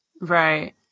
Right